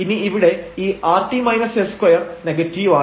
ഇനി ഇവിടെ ഈ rt s2 നെഗറ്റീവാണ്